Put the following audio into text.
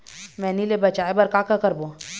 मैनी ले बचाए बर का का करबो?